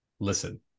listen